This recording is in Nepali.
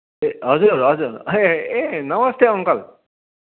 ए हजुर हजुर ए ए नमस्ते अङ्कल